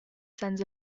sends